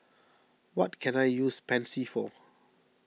what can I use Pansy for